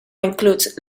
includes